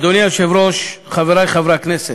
אדוני היושב-ראש, חברי חברי הכנסת,